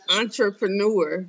entrepreneur